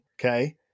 okay